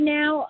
now